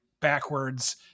backwards